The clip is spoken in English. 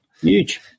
Huge